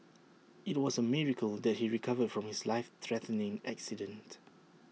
IT was A miracle that he recovered from his life threatening accident